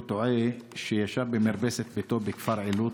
תועה כשישב במרפסת ביתו בכפר עילוט